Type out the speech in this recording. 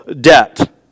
debt